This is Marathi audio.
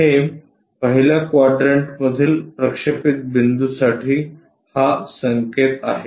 हे पहिल्या क्वाड्रंट मधील प्रक्षेपित बिंदू साठी हा संकेत आहे